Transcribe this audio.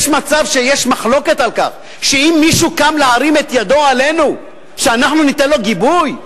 יש מחלוקת על כך שאם מישהו קם להרים את ידו עלינו אנחנו ניתן לו גיבוי?